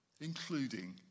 including